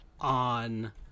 On